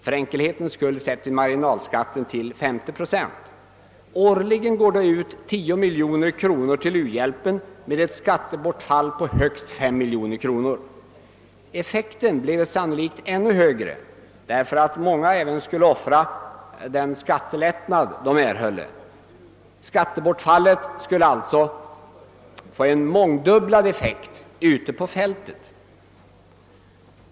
För enkelhetens skull räknar vi med en marginalskatt av 50 procent. Årligen går då 10 miljoner kronor till u-hjälpen med ett skattebortfall på högst 5 miljoner kronor. Effekten skulle sannolikt bli ännu högre därför att många även skulle offra den skattelättnad de skulle erhålla. Skattebortfallet skulle alltså få en mångfaldigad effekt ute på fältet.